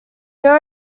there